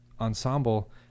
ensemble